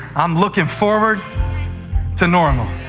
i'm looking forward to normal.